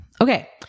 Okay